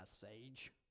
sage